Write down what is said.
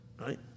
Right